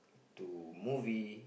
to movie